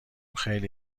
خیلی